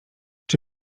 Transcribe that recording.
czy